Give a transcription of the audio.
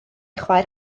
chwaer